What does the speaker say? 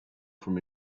from